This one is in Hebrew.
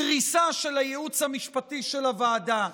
דריסה של הייעוץ המשפטי של הוועדה,